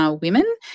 women